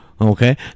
Okay